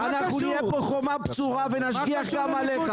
אנחנו נהיה פה חומה בצורה ונשגיח גם עליך.